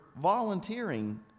volunteering